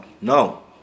No